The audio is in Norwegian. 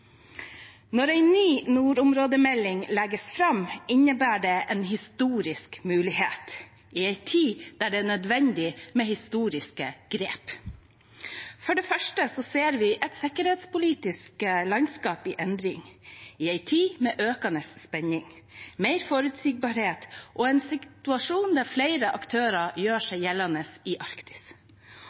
Når en ny nordområdemelding legges fram, innebærer det en historisk mulighet i en tid der det er nødvendig med historiske grep. For det første ser vi et sikkerhetspolitisk landskap i endring, i en tid med økende spenning, mer uforutsigbarhet og en situasjon der flere aktører gjør seg gjeldende i Arktis.